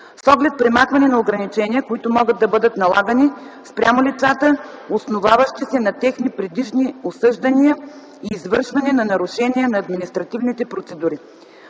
с оглед премахване на ограничения, които могат да бъдат налагани спрямо лицата, основаващи се на техни предишни осъждания и извършване на нарушения на административните процедури.